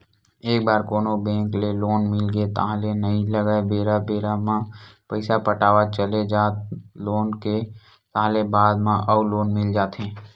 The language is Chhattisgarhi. एक बार कोनो बेंक ले लोन मिलगे ताहले नइ लगय बेरा बेरा म पइसा पटावत चले जा लोन के ताहले बाद म अउ लोन मिल जाथे